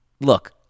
look